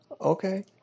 Okay